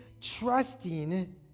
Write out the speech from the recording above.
trusting